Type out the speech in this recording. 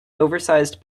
oversized